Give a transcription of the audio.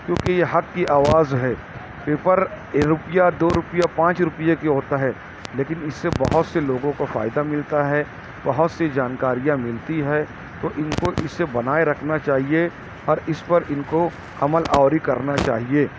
کیونکہ یہ حق کی آواز ہے پیپر ایک روپیہ دو روپیہ پانچ روپیے کا ہوتا ہے لیکن اس سے بہت سے لوگوں کا فائدہ ملتا ہے بہت سی جانکاریاں ملتی ہے تو ان کو اسے بنائے رکھنا چاہیےاور اس پر ان کو عمل آوری کرنا چاہیے